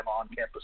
on-campus